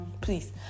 Please